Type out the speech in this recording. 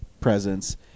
presence